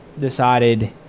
decided